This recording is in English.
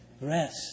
rest